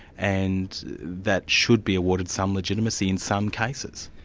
and that should be awarded some legitimacy in some cases.